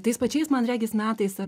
tais pačiais man regis metais